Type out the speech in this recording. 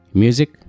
music